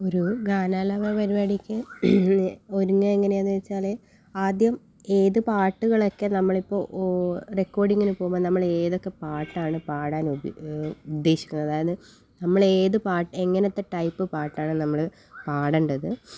ഒരു ഗാനാലാപന പരിപാടിക്ക് ഒരുങ്ങുക എങ്ങനെയാണെന്ന് വെച്ചാൽ ആദ്യം ഏത് പാട്ടുകളൊക്കെ നമ്മളിപ്പോൾ റെക്കോർഡിങ്ങിന് പോവുമ്പോൾ നമ്മൾ ഏതൊക്കെ പാട്ടാണ് പാടാൻ ഉദ്ദേ ഉദ്ദേശിക്കുന്നത് അതായത് നമ്മൾ ഏത് പാട്ട് എങ്ങനത്തെ ടൈപ്പ് പാട്ടാണ് നമ്മൾ പാടേണ്ടത്